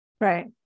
Right